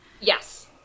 Yes